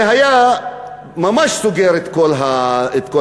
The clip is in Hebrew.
זה היה ממש סוגר את כל